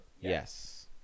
Yes